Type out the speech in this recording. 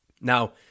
Now